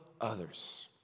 others